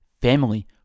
family